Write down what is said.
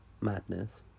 Madness